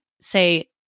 say